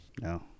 No